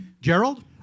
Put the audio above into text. Gerald